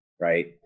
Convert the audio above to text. right